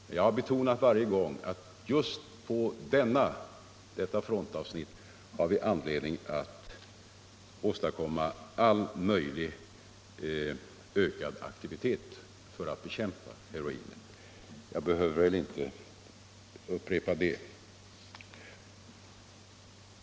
Men jag har varje gång betonat att just på detta frontavsnitt finns det aniedning att åstadkomma all möjlig ökad aktivitet för att bekämpa heroinet. Jag behöver inte upprepa det.